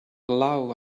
allow